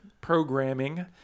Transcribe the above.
programming